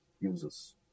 users